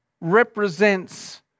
represents